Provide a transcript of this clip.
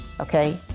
okay